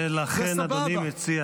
ולכן אדוני מציע,